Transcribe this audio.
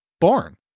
born